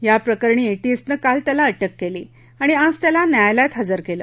या प्रकरणी एटीएसनं काल त्याला अटक केली आणि आज त्याला न्यायालयात हजर केलं